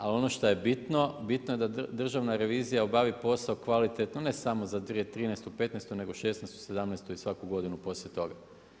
Ali ono što je bitno, bitno da Državna revizija obavi posao kvalitetno, ne samo za 2013., 2015. nego 2016., 2017. i svaku godinu poslije toga.